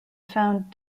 found